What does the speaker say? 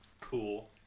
Cool